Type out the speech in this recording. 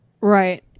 Right